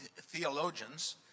theologians